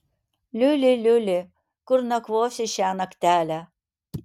liuli liuli kur nakvosi šią naktelę